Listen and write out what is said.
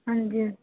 ਹਾਂਜੀ